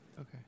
okay